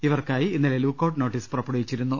ഇവർക്കായി ഇന്നലെ lookout notice പുറപ്പെടുവിച്ചിരുന്നു